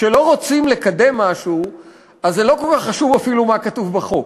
כשלא רוצים לקדם משהו לא כל כך חשוב אפילו מה כתוב בחוק.